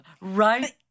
right